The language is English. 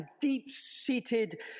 deep-seated